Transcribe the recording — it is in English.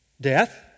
Death